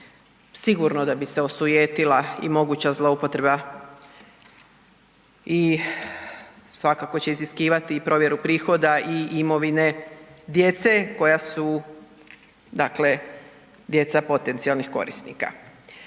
Sigurno da bi se osujetila i moguća zloupotreba i svakako će iziskivati provjeru prihoda i imovine djece koja su djeca potencijalnih korisnika.